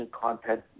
content